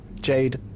Jade